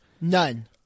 None